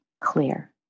clear